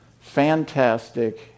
fantastic